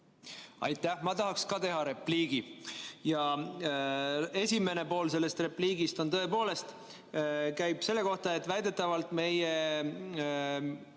Aitäh! Ma tahaksin ka teha repliigi. Esimene pool sellest repliigist käib tõepoolest selle kohta, et väidetavalt oleme